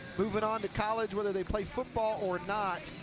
moving on to college whether they play football or not,